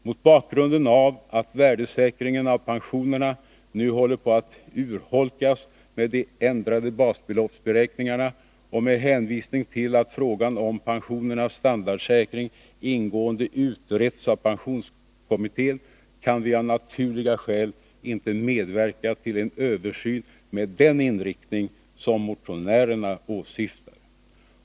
Mot bakgrunden av att värdesäkringen av pensionerna nu håller på att urholkas med de ändrade basbeloppsberäkningarna och med hänvisning till att frågan om pensionernas standardsäkring ingående utretts av pensionskommittén, kan vi av naturliga skäl inte medverka till en översyn med den inriktning som motionärerna åsyftar.